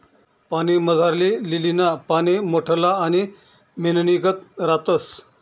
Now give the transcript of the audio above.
पाणीमझारली लीलीना पाने मोठल्ला आणि मेणनीगत रातस